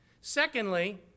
Secondly